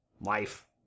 Life